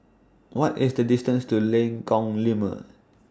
What IS The distance to Lengkong Lima